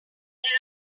there